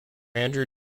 andrew